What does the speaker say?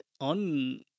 on